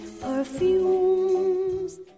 perfumes